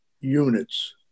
units